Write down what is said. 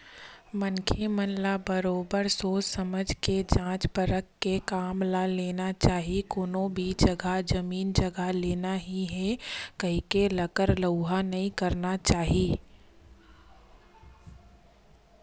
मनखे मन ल बरोबर सोझ समझ के जाँच परख के काम ल लेना चाही कोनो भी जघा जमीन जघा लेना ही हे कहिके लकर लउहा नइ करना चाही